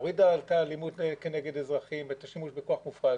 אם היא הורידה את האלימות כנגד אזרחים ואת השימוש בכוח מופרז,